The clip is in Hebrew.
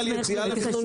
למה מתנים את 8 באחרים?